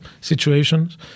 situations